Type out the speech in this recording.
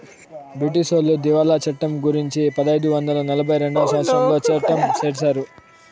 బ్రిటీసోళ్లు దివాళా చట్టం గురుంచి పదైదు వందల నలభై రెండవ సంవచ్చరంలో సట్టం చేశారు